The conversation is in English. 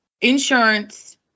insurance